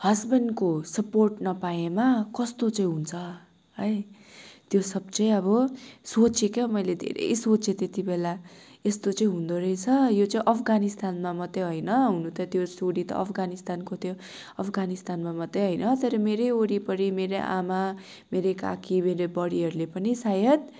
हसबेन्डको support नपाएमा कस्तो चाहिँ हुन्छ है त्यो सब चाहिँ अब सोचे क्या मैले धेरै सोचे तेति बेला यस्तो चाहिँ हुँदो रहेछ यो चाहिँ अफगानिस्तानमा मात्र होइन हुन त त्यो स्टोरी त अफगानिस्तानको त्यो अफगानिस्तानमा मात्र होइन तर मेरै वरिपरि मेरो आमा मेरो काकी मेरो बडीहरूले पनि सायद